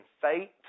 faith